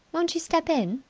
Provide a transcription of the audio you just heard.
won't you step in?